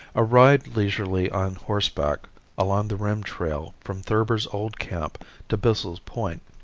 a ride leisurely on horseback along the rim trail from thurber's old camp to bissell's point,